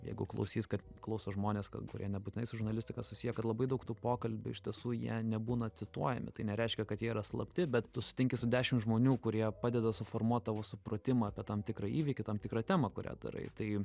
jeigu klausys kad klauso žmonės kad kurie nebūtinai su žurnalistika susiję kad labai daug tų pokalbių iš tiesų jie nebūna cituojami tai nereiškia kad jie yra slapti bet tu sutinki su dešim žmonių kurie padeda suformuot tavo supratimą apie tam tikrą įvykį tam tikrą temą kurią darai tai